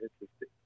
interesting